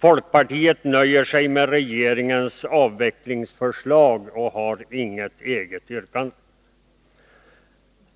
Folkpartiet nöjer sig med regeringens avvecklingsförslag och har inget eget yrkande.